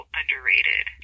underrated